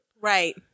Right